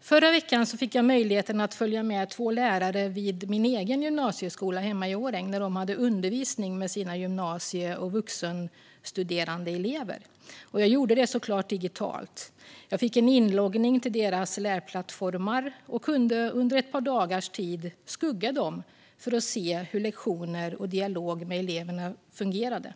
Förra veckan fick jag möjligheten att följa två lärare på min egen gymnasieskola hemma i Årjäng när de hade undervisning med sina gymnasie och vuxenstuderande elever, och jag gjorde det såklart digitalt. Jag fick en inloggning till deras lärplattformar och kunde under ett par dagars tid skugga dem för att se hur lektioner och dialog med eleverna fungerade.